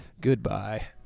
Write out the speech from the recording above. Goodbye